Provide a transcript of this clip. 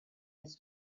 his